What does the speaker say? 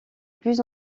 plus